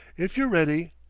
if you're ready,